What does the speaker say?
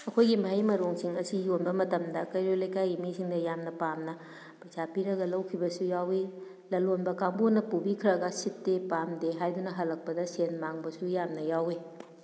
ꯑꯩꯈꯣꯏꯒꯤ ꯃꯍꯩ ꯃꯔꯣꯡꯁꯤꯡ ꯑꯁꯤ ꯌꯣꯟꯕ ꯃꯇꯝꯗ ꯀꯩꯔꯣꯏ ꯂꯩꯀꯥꯏꯒꯤ ꯃꯤꯁꯤꯡꯅ ꯌꯥꯝꯅ ꯄꯥꯝꯅ ꯄꯩꯁꯥ ꯄꯤꯔꯒ ꯂꯧꯈꯤꯕꯁꯨ ꯌꯥꯎꯏ ꯂꯂꯣꯟꯕ ꯀꯥꯡꯕꯨꯅ ꯄꯨꯕꯤꯈ꯭ꯔꯒ ꯁꯤꯠꯇꯦ ꯄꯥꯝꯗꯦ ꯍꯥꯏꯗꯨꯅ ꯍꯜꯂꯛꯄꯗ ꯁꯦꯟ ꯃꯥꯡꯕꯁꯨ ꯌꯥꯝꯅ ꯌꯥꯎꯏ